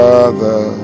Father